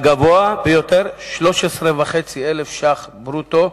והגבוה ביותר 13,500 שקלים ברוטו,